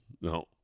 no